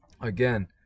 again